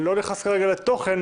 אני לא נכנס כרגע לתוכן,